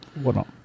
whatnot